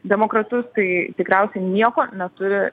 demokratus tai tikriausiai nieko neturi